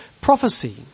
prophecy